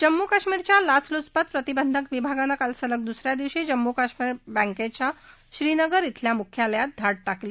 जम्मू काश्मीरच्या लाचलुचपत प्रतिबधक विभागानं काल सलग दुस या दिवशी जम्मू काश्मीर बँक्छ्या श्रीनगर खेल्या मुख्यालयात धाड टाकली